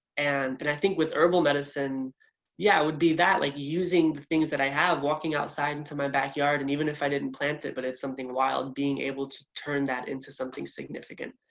and and i think with herbal medicine yeah it would be that like using the things that i have walking outside into my backyard and even if i didn't plant it, but it's something wild, being able to turn that into something significant,